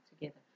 together